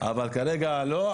אבל כרגע לא,